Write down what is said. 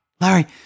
Larry